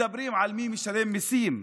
מדברים על מי משלם מיסים.